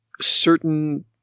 certain